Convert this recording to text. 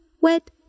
wet